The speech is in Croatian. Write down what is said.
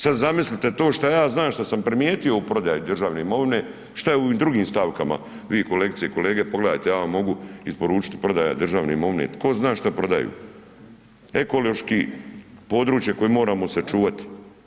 Sad zamislite to što ja znam što sam primijetio u prodaji državne imovine šta je u ovim drugim stavkama, vi kolegice i kolege, pogledajte, ja vam mogu isporučiti prodaja državne imovine, tko zna šta prodaju, ekološki područje koje moramo sačuvati.